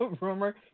rumor